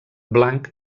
blanc